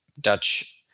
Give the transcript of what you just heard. Dutch